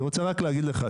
אני רוצה רק להגיד לך,